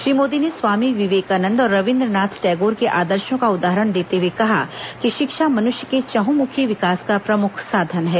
श्री मोदी ने स्वामी विवेकानंद और रवीन्द्र नाथ टैगोर के आदर्शो का उदाहरण देते हुए कहा कि शिक्षा मनुष्य के चहंमुखी विकास का प्रमुख साधन है